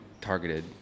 targeted